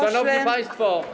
Szanowni Państwo!